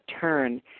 turn